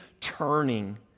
turning